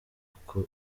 uko